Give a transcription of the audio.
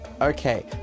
Okay